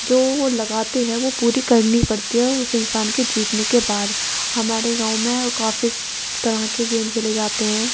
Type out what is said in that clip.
جو وہ لگاتے ہیں وہ پوری کرنی پڑتی ہیں اور اس انسان کے جیتنے کے بعد ہمارے گاؤں میں کافی طرح کے گیم کھیلے جاتے ہیں